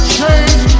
change